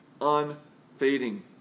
unfading